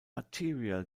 arterial